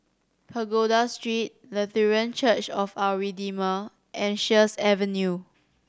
Pagoda Street Lutheran Church of Our Redeemer and Sheares Avenue